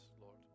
Lord